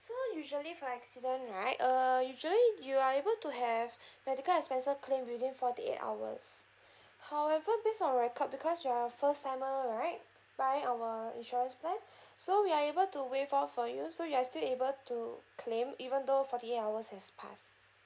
so usually for accident right uh usually you are able to have medical expenses claim within forty eight hours however based on our record because you are first timer right buying our insurance plan so we are able to waive off for you so you're still able to claim even though forty eight hours has passed